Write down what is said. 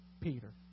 Peter